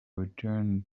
return